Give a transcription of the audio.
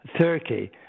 Turkey